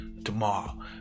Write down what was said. tomorrow